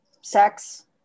sex